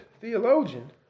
theologian